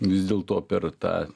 vis dėlto per tą